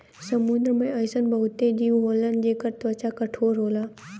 समुंदर में अइसन बहुते जीव होलन जेकर त्वचा कठोर होला